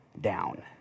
down